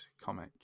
comic